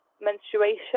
menstruation